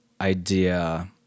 idea